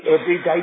everyday